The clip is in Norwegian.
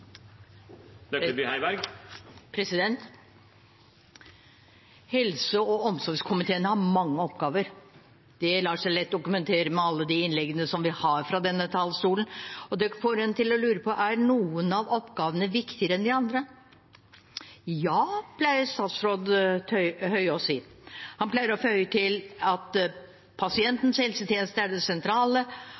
Helse- og omsorgskomiteen har mange oppgaver. Det lar seg lett dokumentere med alle de innleggene som vi har fra denne talerstolen, og det får en til å lure: Er noen av oppgavene viktigere enn andre? Ja, pleier statsråd Høie å si. Han pleier å føye til at pasientens helsetjeneste er det sentrale,